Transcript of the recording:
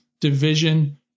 division